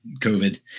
COVID